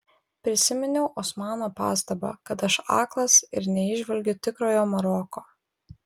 prisiminiau osmano pastabą kad aš aklas ir neįžvelgiu tikrojo maroko